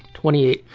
twenty eight.